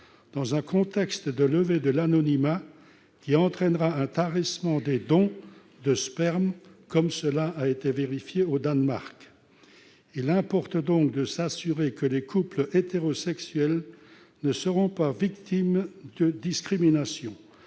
dans un contexte de levée de l'anonymat, qui entraînera un tarissement des dons de sperme, comme cela a pu être vérifié au Danemark. Il importe donc de s'assurer que les couples hétérosexuels ne seront pas victimes d'une discrimination.